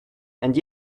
and